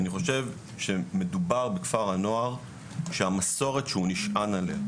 אני חושב שמדובר בכפר הנוער שהמסורת שהוא נשען עליה,